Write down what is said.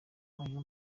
ayo